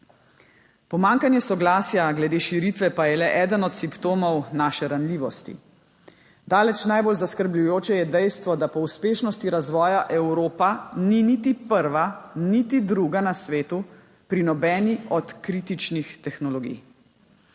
Pomanjkanje soglasja glede širitve pa je le eden od simptomov naše ranljivosti. Daleč najbolj zaskrbljujoče je dejstvo, da po uspešnosti razvoja Evropa ni niti prva niti druga na svetu pri nobeni od kritičnih tehnologij.